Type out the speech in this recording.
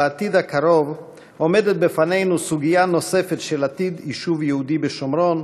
בעתיד הקרוב עומדת בפנינו סוגיה נוספת של עתיד יישוב יהודי בשומרון,